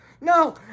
No